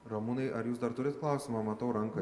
ramūnai ar jūs dar turit klausimą matau ranką